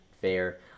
fair